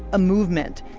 a movement,